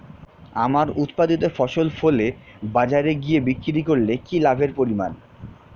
আমার উৎপাদিত ফসল ফলে বাজারে গিয়ে বিক্রি করলে কি লাভের পরিমাণ?